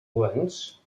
guants